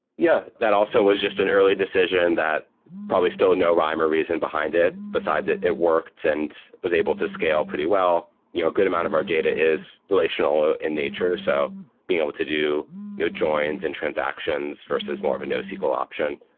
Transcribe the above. yeah, that also was just an early decision that probably still no rhyme or reason behind it besides it it worked and was able to scale pretty well. you know good amount of our data is relational in nature. so being able to do you know joins and transactions versus more of a nosql option,